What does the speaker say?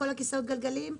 את כל כיסאות הגלגלים,